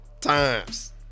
times